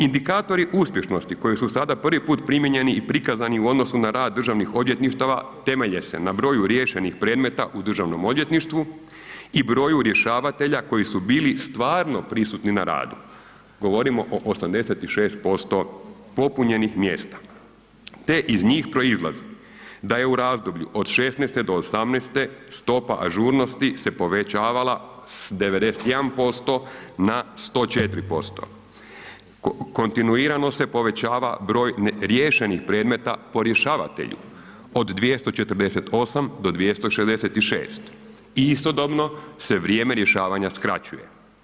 Indikatori uspješnosti koji su sada prvi put primijenjeni i prikazani u odnosu na rad državnih odvjetništava temelje se na broju riješenih predmeta u državnom odvjetništvu i broju rješavatelja koji su bili stvarno prisutni na radu, govorimo o 86% popunjenih mjesta, te iz njih proizlazi da je u razdoblju od '16. do '18. stopa ažurnosti se povećavala s 91% na 104%, kontinuirano se povećava broj riješenih predmeta po rješavatelju od 248 do 266 i istodobno se vrijeme rješavanja skraćuje.